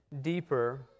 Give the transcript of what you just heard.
deeper